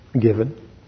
given